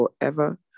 forever